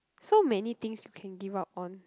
so many things you can give up on